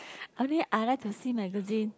only I like to see magazine